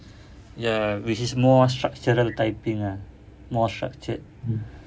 ya which is more structural typing ah more structured